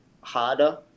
harder